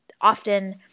often